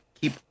keep